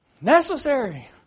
Necessary